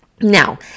Now